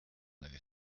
avait